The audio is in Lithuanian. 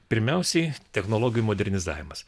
pirmiausiai technologijų modernizavimas